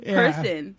person